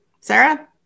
Sarah